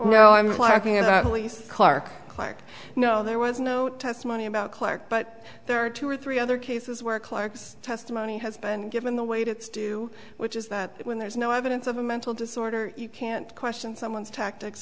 well i'm marking exactly clark clark no there was no testimony about clarke but there are two or three other cases where clarke's testimony has been given the way to do which is that when there is no evidence of a mental disorder you can't question someone's tactics